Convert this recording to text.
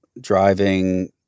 driving